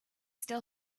still